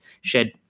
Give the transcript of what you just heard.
shed